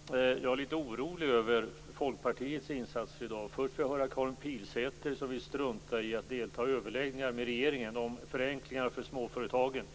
Fru talman! Jag är lite orolig över Folkpartiets insatser i dag. Först fick vi höra Karin Pilsäter, som vill strunta i att delta i överläggningar med regeringen om förenklingar för småföretagarna.